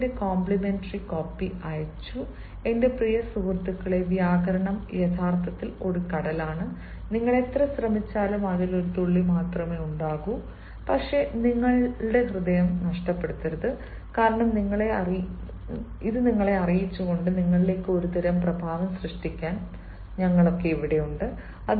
പുസ്തകത്തിന്റെ complimentary copy അയച്ചു എന്റെ പ്രിയ സുഹൃത്തുക്കളെ വ്യാകരണം യഥാർത്ഥത്തിൽ ഒരു കടലാണ് നിങ്ങൾ എത്ര ശ്രമിച്ചാലും അതിൽ ഒരു തുള്ളി മാത്രമേ ഉണ്ടാകൂ പക്ഷേ നിങ്ങളുടെ ഹൃദയം നഷ്ടപ്പെടരുത് കാരണം നിങ്ങളെ അറിയിച്ചുകൊണ്ട് നിങ്ങളിലേക്ക് ഒരുതരം പ്രഭാവം സൃഷ്ടിക്കാൻ നമ്മൾ ഇവിടെയുണ്ട്